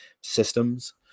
systems